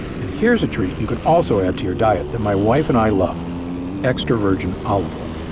and here's a treat you can also add to your diet that my wife and i love extra virgin olive oil.